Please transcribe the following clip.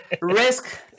risk